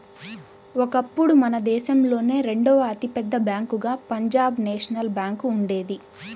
ఒకప్పుడు మన దేశంలోనే రెండవ అతి పెద్ద బ్యేంకుగా పంజాబ్ నేషనల్ బ్యేంకు ఉండేది